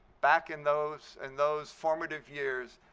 back in those and those formative years,